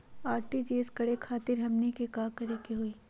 RTGS करे खातीर हमनी के का करे के हो ई?